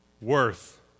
worth